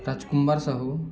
Rajkumar Sahu